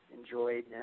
Enjoyed